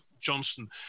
johnson